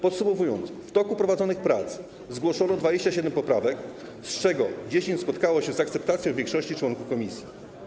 Podsumowując, w toku prowadzonych prac zgłoszono 27 poprawek, z czego 10 spotkało się z akceptacją większości członków komisji.